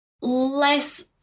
less